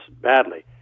badly